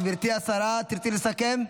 גברתי השרה, תרצי לסכם?